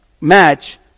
match